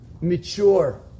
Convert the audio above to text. mature